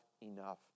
enough